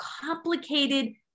complicated